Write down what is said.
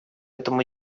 этому